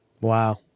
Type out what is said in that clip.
Wow